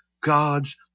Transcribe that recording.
God's